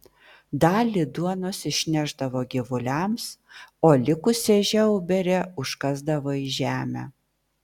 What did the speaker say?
dalį duonos išnešdavo gyvuliams o likusią žiauberę užkasdavo į žemę